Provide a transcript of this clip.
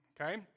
okay